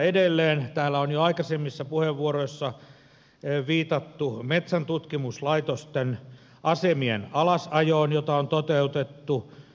edelleen täällä on jo aikaisemmissa puheenvuoroissa viitattu metsäntutkimuslaitoksen asemien alasajoon jota on toteutettu